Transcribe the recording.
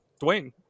Dwayne